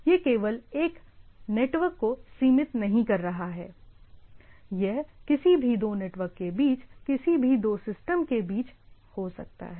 यह केवल एक नेटवर्क को सीमित नहीं कर रहा है यह किसी भी दो नेटवर्क के बीच किसी भी दो सिस्टम के बीच हो सकता है